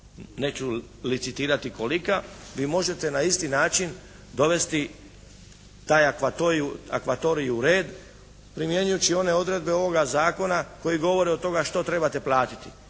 neću licitirati kolika, vi možete na isti način dovesti taj akvatorij u red primjenjujući one odredbe ovoga zakona koje govore od toga što trebate platiti.